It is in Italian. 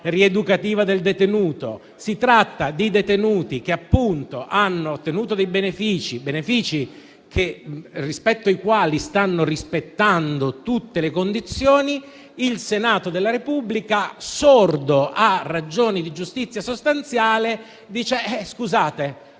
rieducativa del detenuto. Qui si tratta di detenuti che hanno ottenuto dei benefici, rispetto ai quali stanno rispettando tutte le condizioni. Il Senato della Repubblica, sordo a ragioni di giustizia sostanziale, dice che